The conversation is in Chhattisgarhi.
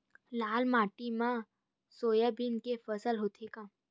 लाल माटी मा सोयाबीन के फसल होथे का?